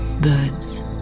birds